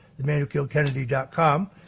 themanwhokilledkennedy.com